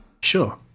Sure